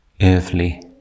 earthly